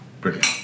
Brilliant